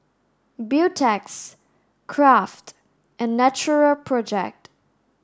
Beautex Kraft and Natural project